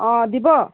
অঁ দিব